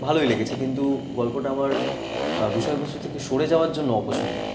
ভালোই লেগেছে কিন্তু গল্পটা আমার বিষয়বস্তু থেকে সরে যাওয়ার জন্য অপছন্দের